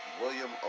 William